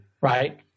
right